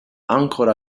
ancora